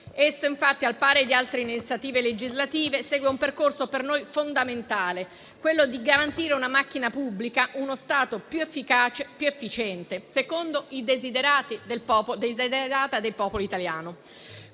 Esso infatti, al pari di altre iniziative legislative, segue un percorso per noi fondamentale: garantire una macchina pubblica e uno Stato più efficaci ed efficienti, secondo i *desiderata* del popolo italiano.